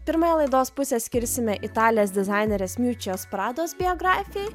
pirmąją laidos pusę skirsime italės dizainerės miučios prados biografijai